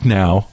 now